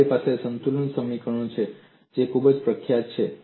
તમારી પાસે સંતુલન સમીકરણો છે તે ખૂબ પ્રખ્યાત છે